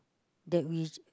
that we